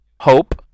hope